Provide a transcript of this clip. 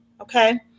okay